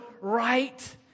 right